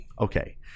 Okay